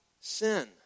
sin